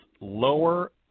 lower